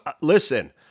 listen